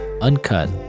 uncut